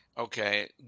Okay